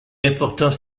important